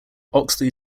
oxley